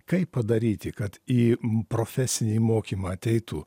kaip padaryti kad į profesinį mokymą ateitų